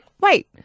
wait